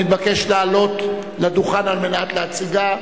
אתה מתבקש לעלות לדוכן על מנת להציגה,